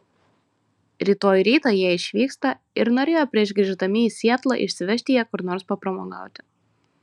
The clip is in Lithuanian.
rytoj rytą jie išvyksta ir norėjo prieš grįždami į sietlą išsivežti ją kur nors papramogauti